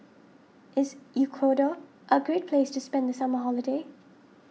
is Ecuador a great place to spend the summer holiday